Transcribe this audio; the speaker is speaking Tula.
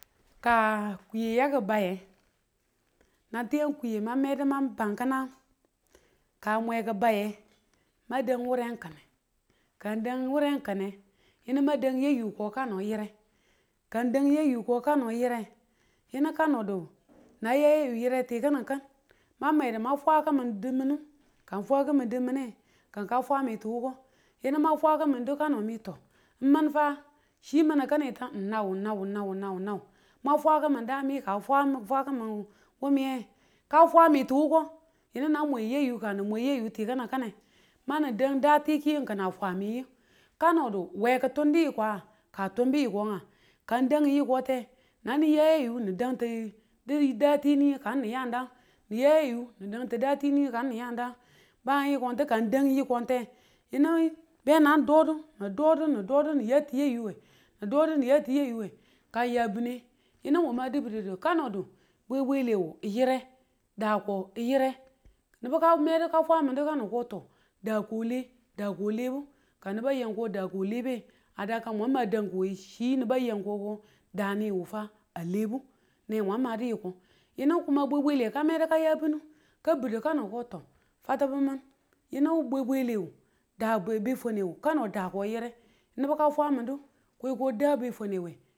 ka kwiye yaki baye nang tiye kuunye ma medu ma bang kinangu ka a mwe ki baye mang dang wure n kine ka n dang wure kine yinu mang dang yayu ko kano yire kang dang yayuko kano yire yinu kanudu nang ya yayu yire ti kini kin mang mwedu mwang ma fwa kimun diminun, ka fwa kimun diminenge kakang ka fwa me tu wuko yini mwan fwa kimun dukan ni kano mi min fa, chi mine kane tin naw naw naw naw naw man fwa kimun dan mi ka fwan mun fwa kimun wu miye ka fwa mitu wuko yini mang meyi yukan nang muye yu kane manu dang dati ki kinan fwami yim. Ka nodu we kitun diyiko a, ka tunbi yikong a? kan dang yiko te, nan di ayu gang ti dang tini ka n niyang da niya yu nang tida tini kang ni yan da yiko ka dang yikong te, be naying dodu, ni dodu ni dodu, niya tiya yuwe, ni dodu niya tiye yuwe, ka yabune yining min madu bududu ka nodu be bwele wo yire da ko yire, yibu ka nedu ka fwan min du da kule dang kulebu a dakang ma ko dangku we chi mbu a yan ko daa mwu fa a lebu ne mwang madi yiko yinu bwe bwele ka medu ka ya binu ka bidi kano ko fatibimim yinu bwebwele wu daa befwane wu yire nibu ka fwa mindu ko daa befwanewe